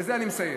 בזה אני מסיים.